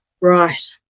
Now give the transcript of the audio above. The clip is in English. Right